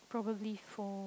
probably phone